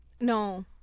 No